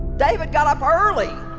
david got up early